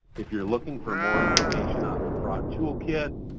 if you're looking for more information on the fraud toolkit,